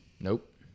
Nope